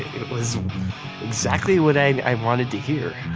it was exactly what i wanted to hear.